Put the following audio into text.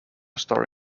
star